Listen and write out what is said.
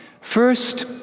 First